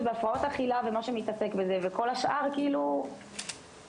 בהפרעות אכילה וכל מה שמתעסק בזה וכל השאר כאילו תתמודדו,